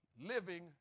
living